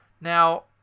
Now